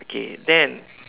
okay then